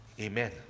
amen